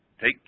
Take